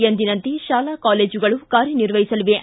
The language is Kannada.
ಎಂದಿನಂತೆ ಶಾಲಾ ಕಾಲೇಜುಗಳು ಕಾರ್ಯ ನಿರ್ವಹಿಸಲಿವೆ